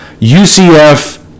UCF